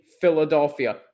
Philadelphia